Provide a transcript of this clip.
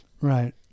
Right